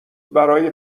برای